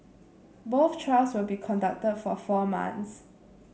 both trials will be conducted for four months